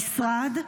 במשרד.